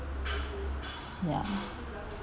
ya